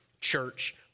church